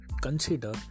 consider